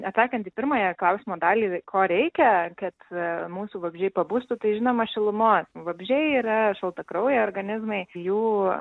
atsakant į pirmąją klausimo dalį ko reikia kad mūsų vabzdžiai pabustų tai žinoma šilumos vabzdžiai yra šaltakraujai organizmai jų